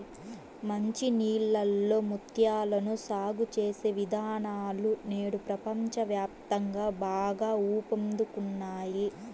మంచి నీళ్ళలో ముత్యాలను సాగు చేసే విధానాలు నేడు ప్రపంచ వ్యాప్తంగా బాగా ఊపందుకున్నాయి